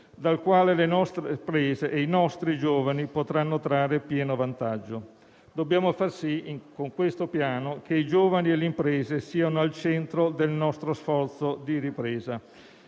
dal quale le nostre imprese e i nostri giovani potranno trarre pieno vantaggio. Dobbiamo far sì, con questo Piano, che i giovani e le imprese siano al centro del nostro sforzo di ripresa.